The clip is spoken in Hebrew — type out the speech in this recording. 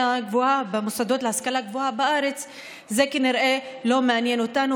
גבוהה בארץ זה כנראה לא מעניין אותנו,